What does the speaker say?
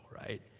right